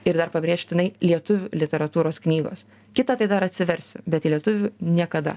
ir dar pabrėžtinai lietuvių literatūros knygos kitą tai dar atsiversiu bet į lietuvių niekada